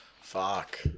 Fuck